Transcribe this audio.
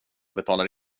betalar